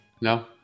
No